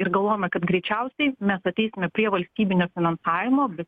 ir galvojome kad greičiausiai mes ateisime prie valstybinio finansavimo bet